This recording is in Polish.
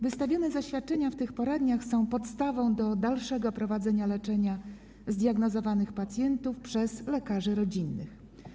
Wystawione zaświadczenia w tych poradniach są podstawą do dalszego prowadzenia leczenia zdiagnozowanych pacjentów przez lekarzy rodzinnych.